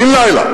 בן-לילה,